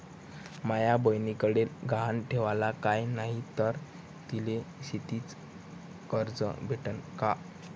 माया बयनीकडे गहान ठेवाला काय नाही तर तिले शेतीच कर्ज भेटन का?